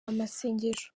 amasengesho